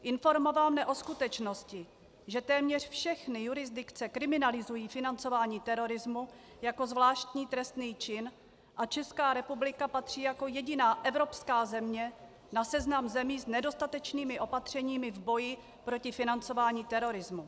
Informoval mě o skutečnosti, že téměř všechny jurisdikce kriminalizují financování terorismu jako zvláštní trestný čin a Česká republika patří jako jediná evropská země na seznam zemí s nedostatečnými opatřeními v boji proti financování terorismu.